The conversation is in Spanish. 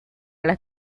las